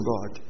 God